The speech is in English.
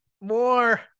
more